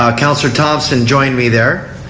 um counsellor thomson joined me there.